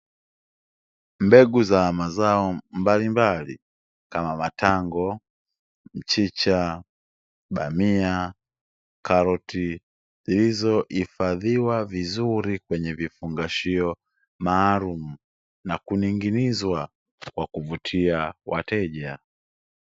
Mbegu mazao mbalimbali kama matango, mchicha, bamia, karoti zilizohifadhiwa vizuri kwenye vifungashio maalumu na kuning'inizwa kwa kuvutia wateja.